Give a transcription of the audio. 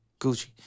Gucci